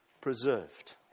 preserved